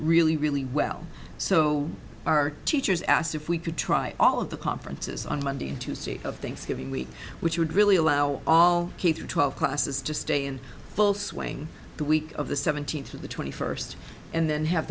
really really well so our teachers asked if we could try all of the conferences on monday and tuesday of thanksgiving week which would really allow all k through twelve classes to stay in full swing the week of the seventeenth of the twenty first and then have